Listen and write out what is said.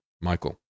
Michael